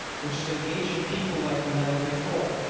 which is engaging people like never before.